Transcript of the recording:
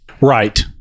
Right